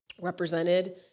represented